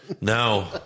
No